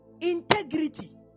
Integrity